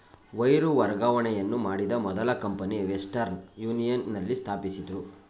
wire ವರ್ಗಾವಣೆಯನ್ನು ಮಾಡಿದ ಮೊದಲ ಕಂಪನಿ ವೆಸ್ಟರ್ನ್ ಯೂನಿಯನ್ ನಲ್ಲಿ ಸ್ಥಾಪಿಸಿದ್ದ್ರು